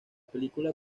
película